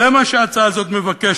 זה מה שההצעה הזאת מבקשת.